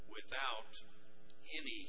without any